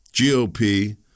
GOP